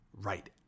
Right